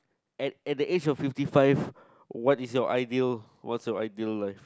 at at the age of fifty five what is your ideal what is your ideal life